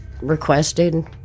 requested